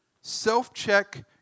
Self-check